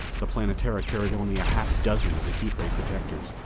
the planetara carried only a half-dozen of the heat-ray projectors,